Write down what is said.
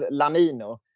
lamino